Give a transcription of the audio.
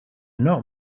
not